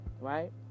Right